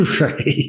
Right